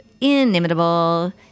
inimitable